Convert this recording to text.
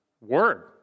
word